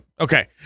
Okay